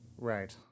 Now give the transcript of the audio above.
Right